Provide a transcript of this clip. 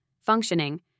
functioning